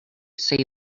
say